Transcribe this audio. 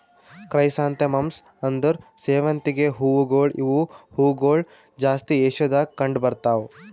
chrysanthemums ಅಂದುರ್ ಸೇವಂತಿಗೆ ಹೂವುಗೊಳ್ ಇವು ಹೂಗೊಳ್ ಜಾಸ್ತಿ ಏಷ್ಯಾದಾಗ್ ಕಂಡ್ ಬರ್ತಾವ್